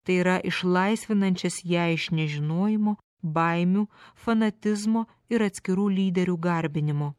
tai yra išlaisvinančias ją iš nežinojimo baimių fanatizmo ir atskirų lyderių garbinimo